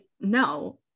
no